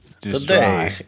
today